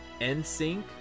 NSYNC